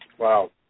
Wow